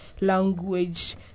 language